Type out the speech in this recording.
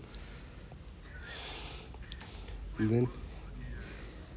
within